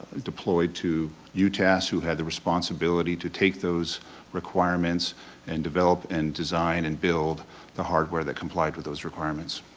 deployed to utas who had the responsibility to take those requirements and develop and design and build the hardware that complied with those requirements.